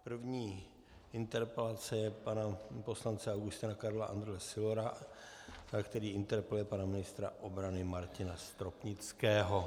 První interpelace je pana poslance Augustina Karla Andrleho Sylora, který interpeluje pana ministra obrany Martina Stropnického.